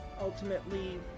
ultimately